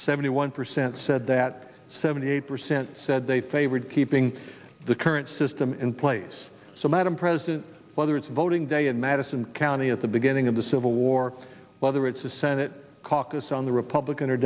seventy one percent said that seventy eight percent said they favored keeping the current system in place so madam president whether it's voting day in madison county at the beginning of the civil war whether it's a senate caucus on the republican or